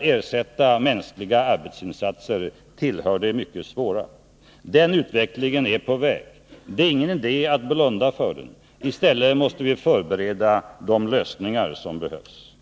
ersätter mänskliga arbetsinsatser tillhör det mycket svåra. Den utvecklingen är på väg. Det är ingen idé att blunda för den. I stället måste vi förbereda de lösningar som behövs.